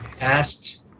asked